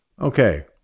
okay